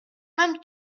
même